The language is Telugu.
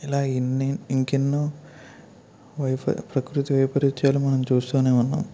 ఇలా ఎన్ని ఇంకెన్నో వైప ప్రకృతి వైపరీత్యాలు మనం చూస్తూనే ఉన్నాం